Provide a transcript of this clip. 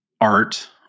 art